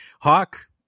Hawk